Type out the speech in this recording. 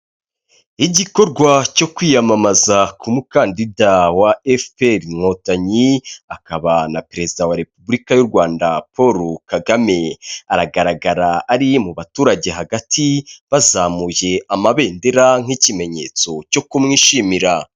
Igikorwa cyo kwiyamamaza k'umukandida wa FPR inkotanyi akaba na Perezida wa Repubulika y'U Rwanda Paul KAGAME, aragaragara ari mu baturage hagati bazamuye amabendera nk'ikimenyetso cyo kumwishimira.